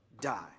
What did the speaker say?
die